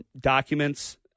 documents